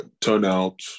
Turnout